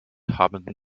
haben